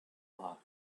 heart